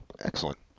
excellent